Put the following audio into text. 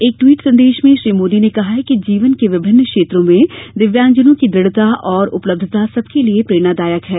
एक ट्वीट संदेश में श्री मोदी ने कहा कि जीवन के विभिन्न क्षेत्रों में दिव्यांगजनों की दृढ़ता और उपलब्यता सबके लिए प्रेरणादायक है